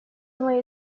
мои